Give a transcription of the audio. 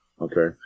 okay